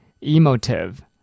Emotive